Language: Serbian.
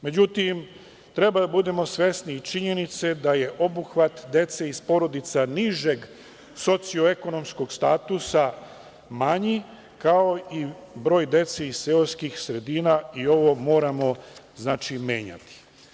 Međutim, treba da budemo svesni činjenice da je obuhvat dece iz porodica nižeg socijalno-ekonomskog statusa manji, kao i broj dece iz seoskih sredina i ovo moramo menjati.